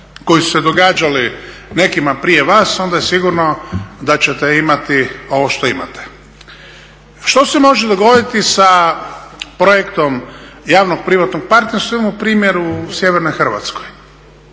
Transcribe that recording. koji su se događali nekima prije vas, onda je sigurno da ćete imati ovo što imate. Što se može dogoditi sa projektom javno-privatnog partnerstva, imamo primjer u sjevernoj Hrvatskoj.